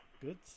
Good